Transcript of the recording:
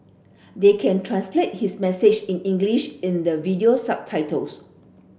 they can translate his message in English in the video subtitles